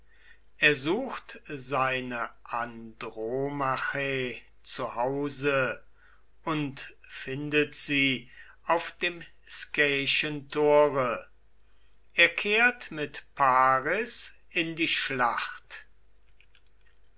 er sucht seine andromache zu hause und findet sie auf dem skäischen tore er kehrt mit paris in die schlacht